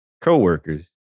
co-workers